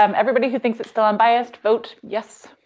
um everybody here thinks it's still unbiased, vote? yes.